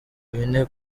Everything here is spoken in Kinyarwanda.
bine